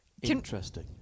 Interesting